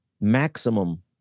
maximum